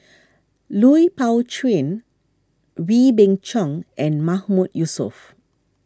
Lui Pao Chuen Wee Beng Chong and Mahmood Yusof